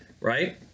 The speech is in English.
right